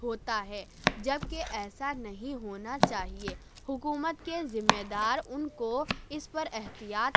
ہوتا ہے جبکہ ایسا نہیں ہونا چاہیے حکومت کے ذمہ دار ان کو اس پر احتیاط